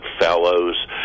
fellows